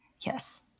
Yes